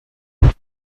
choice